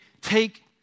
take